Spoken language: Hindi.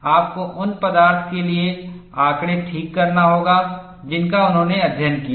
आपको उन पदार्थ के लिए आंकड़े ठीक करना होगा जिनका उन्होंने अध्ययन किया है